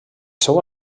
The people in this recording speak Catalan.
seu